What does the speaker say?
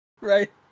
Right